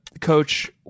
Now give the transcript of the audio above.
coach